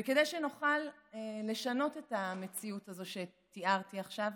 כדי שנוכל לשנות את המציאות הזו שתיארתי עכשיו,